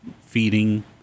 feeding